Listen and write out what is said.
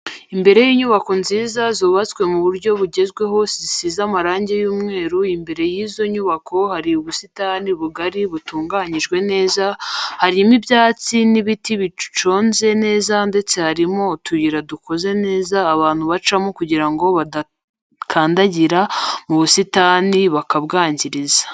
Imbere y'inyubako nziza zubatswe mu buryo bugezweho zisize amarangi y'umweru imbere y'izo nyubako hari ubusitani bugari butunganyijwe neza, harimo ibyatsi n'ibiti biconze neza ndetse harimo utuyira dukoze neza abantu bacamo kugirango badakandagira mu busitani bakabwangiza.